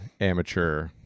amateur